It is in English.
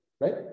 right